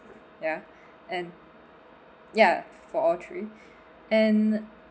ya and ya for all three and